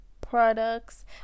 products